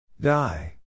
Die